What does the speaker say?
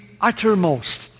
uttermost